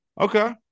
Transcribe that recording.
Okay